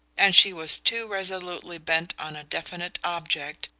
and she was too resolutely bent on a definite object,